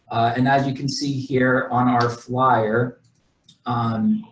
and as you can see here on our flyer on